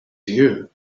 you